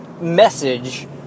message